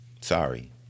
Sorry